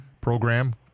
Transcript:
Program